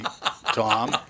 Tom